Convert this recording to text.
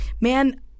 Man